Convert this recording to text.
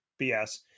BS